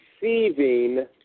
receiving